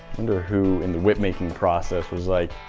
wonder who in the whip making process was like,